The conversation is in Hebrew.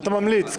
אתה ממליץ.